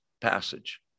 passage